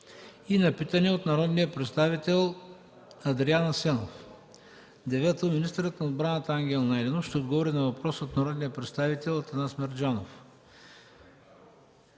и на питане от народния представител Адриан Асенов; - министърът на отбраната Ангел Найденов ще отговори на въпрос от народния представител Атанас Мерджанов;